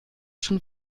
schon